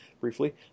briefly